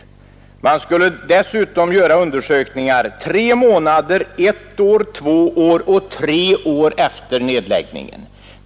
Dessutom skulle man göra undersökningar tre månader, ett år, två år och tre år efter nedläggningen.